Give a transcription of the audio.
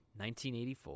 1984